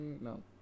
no